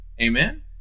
Amen